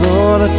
Lord